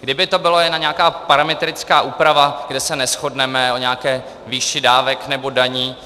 Kdyby to byla jen nějaká parametrická úprava, kde se neshodneme o nějaké výši dávek nebo daní,